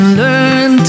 learn